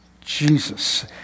Jesus